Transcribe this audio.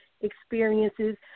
experiences